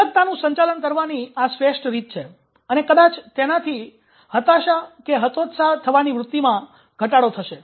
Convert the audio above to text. અલગતા નું સંચાલન કરવાની આ શ્રેષ્ઠ રીત છે અને કદાચ તેનાથી હતાશહતોત્સાહ થવાની વૃત્તિમાં ઘટાડો થશે